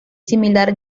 similar